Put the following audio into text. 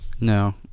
No